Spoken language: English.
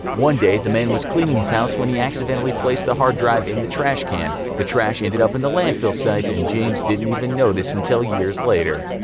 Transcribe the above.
one day, the man was cleaning his house when he accidentally placed the hard drive in the trash can. the trash ended up in a landfill site and james didn't even notice until years later.